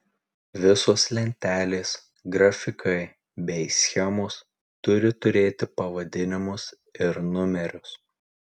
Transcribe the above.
visos lentelės grafikai bei schemos turi turėti pavadinimus ir numerius